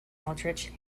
aldrich